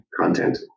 content